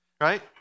right